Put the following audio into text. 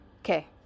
Okay